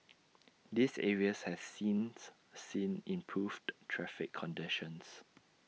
these areas has since seen improved traffic conditions